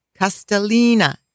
Castellina